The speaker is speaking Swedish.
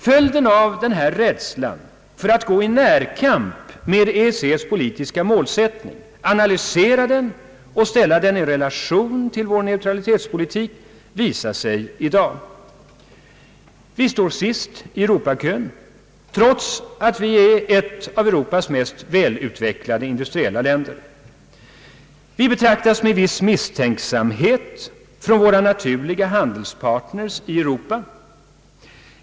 Följden av denna rädsla för att gå i närkamp med EEC:s politiska målsättning, analysera den och ställa den i relation till vår neutralitetspolitik visar sig i dag. Vi står sist i Europa-kön, trots att vi är ett av Europas mest välutvecklade industriella länder. Vi betraktas med viss misstänksamhet från våra naturliga handelspartners i Europa.